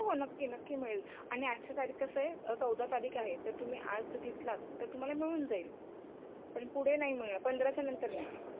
हो नक्की नक्की मिळेल आणि आजचे तारीख कसं आहे चौदा तारीख आहे तर तुम्ही आज घेतलात तर तुम्हाला मिळून जाईल पण पुढे नाही मिळणार पंधराच्या नंतर नाही